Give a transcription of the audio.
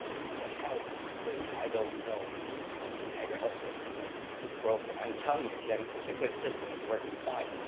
hell do you say that i don't know that the niagara health system is broken? i'm telling you kim, it's a good system it's working fine.